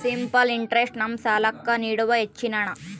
simple interest ನಮ್ಮ ಸಾಲ್ಲಾಕ್ಕ ನೀಡುವ ಹೆಚ್ಚಿನ ಹಣ್ಣ